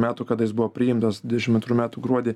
metų kada jis buvo priimtas dvidešimt antrųjų metų gruodį